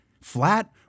Flat